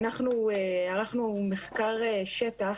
אנחנו ערכנו מחקר שטח